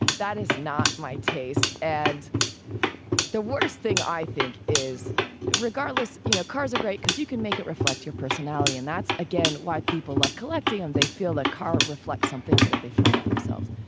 that is not my taste. and the worst thing i think is regardless. you know, cars are great because you can make it reflect your personality. and that's again, why people love collecting. um they they feel the car reflects something that they feel about themselves.